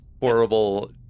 horrible